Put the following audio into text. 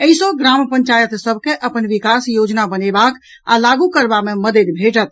एहि सँ ग्राम पंचायत सभ के अपन विकास योजना बनेबाक आ लागू करबा मे मददि भेटत